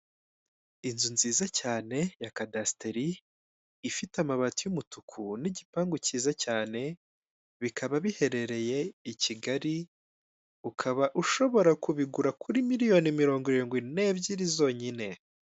Inzu nziza cyane ya kadasiteri, ifite amabati y'umutuku n'igipangu kiza cyane, bikaba biherereye i Kigali, ukaba ushobora kubigura kuri miliyoni mirongo irindwi n'ebyiri zonyine.